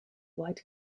white